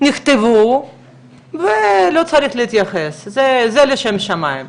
נכתבו ולא צריך להתייחס, זה לשם שמים.